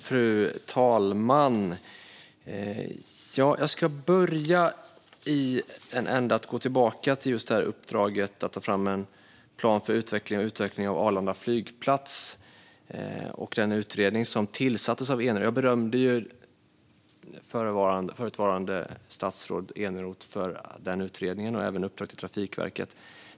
Fru talman! Jag ska börja med att gå tillbaka till uppdraget att ta fram en plan för utveckling av Arlanda flygplats och den utredning som tillsattes av Tomas Eneroth. Jag berömde ju det förutvarande statsrådet Eneroth för den utredningen och även uppdraget till Trafikverket.